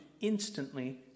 instantly